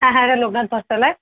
হ্যাঁ হ্যাঁ এটা লোকনাথ বস্ত্রালয়